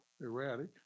erratic